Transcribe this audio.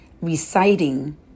reciting